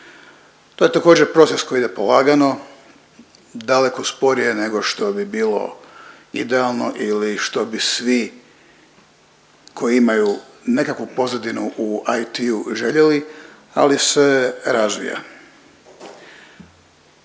to je također, proces koji ide polagano, daleko sporije nego što bi bilo idealno ili što bi svi koji imaju nekakvu pozadinu u IT-u željeli, ali se razvija.